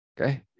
Okay